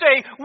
say